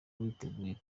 mwiteguye